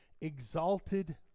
exalted